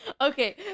Okay